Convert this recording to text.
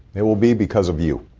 it will be because of you.